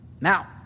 now